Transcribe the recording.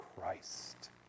Christ